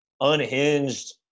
unhinged